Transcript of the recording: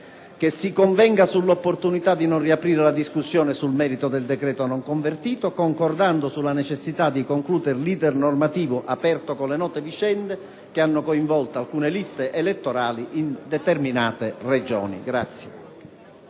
che si convenga sull'opportunità di non riaprire la discussione sul merito del decreto non convertito, concordando sulla necessità di concludere l'*iter* normativo aperto con le note vicende che hanno coinvolto alcune liste elettorali in determinate Regioni.